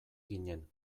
ginen